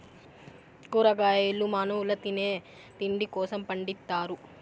కూరగాయలు మానవుల తినే తిండి కోసం పండిత్తారు